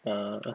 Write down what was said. err